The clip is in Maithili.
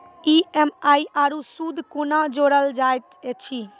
ई.एम.आई आरू सूद कूना जोड़लऽ जायत ऐछि?